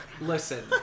Listen